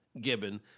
gibbon